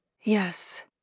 Yes